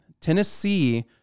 Tennessee